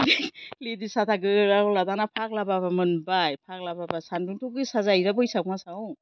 ladies साथा गोलाव दाना फाग्ला बाबा मोनबाय फाग्ला बाबा सान्दुंथ' गोसा जायो ना बैसाग मासआव